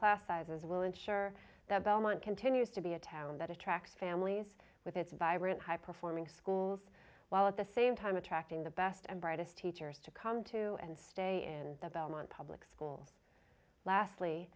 class sizes will ensure that belmont continues to be a town that attracts families with its vibrant high performing schools while at the same time attracting the best and brightest teachers to come to and stay in the belmont public schools l